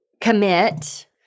commit